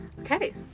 okay